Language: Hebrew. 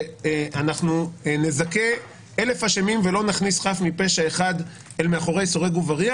שאנחנו נזכה 1,000 אשמים ולא נכניס חף מפשע אחד אל מאחורי סורג ובריח.